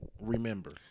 Remember